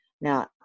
Now